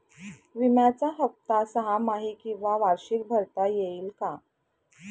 विम्याचा हफ्ता सहामाही किंवा वार्षिक भरता येईल का?